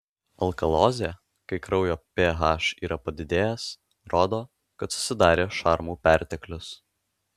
alkalozė kai kraujo ph yra padidėjęs rodo kad susidarė šarmų perteklius